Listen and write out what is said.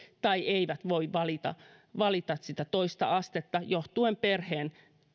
tai eivät voi valita valita sitä toista astetta johtuen perheen